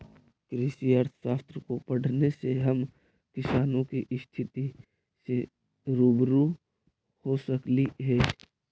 कृषि अर्थशास्त्र को पढ़ने से हम किसानों की स्थिति से रूबरू हो सकली हे